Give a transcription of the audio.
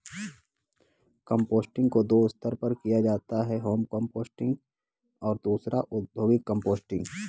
composting को दो स्तर पर किया जाता है होम कंपोस्टिंग और दूसरा औद्योगिक कंपोस्टिंग